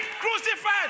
crucified